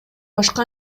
башка